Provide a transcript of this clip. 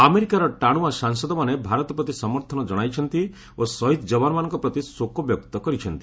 ଆମେରିକାର ଟାଣୁଆ ସାଂସଦମାନେ ଭାରତ ପ୍ରତି ସମର୍ଥନ ଜଣାଇଛନ୍ତି ଓ ଶହୀଦ୍ ଯବାନମାନଙ୍କ ପ୍ରତି ଶୋକବ୍ୟକ୍ତ କରିଛନ୍ତି